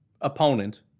opponent